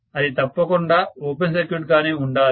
ఇది తప్పకుండా open circuit గానే ఉండాలి